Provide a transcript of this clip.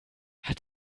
hat